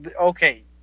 okay